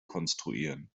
konstruieren